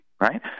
right